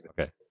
Okay